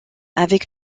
avec